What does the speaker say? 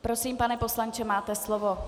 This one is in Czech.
Prosím, pane poslanče, máte slovo.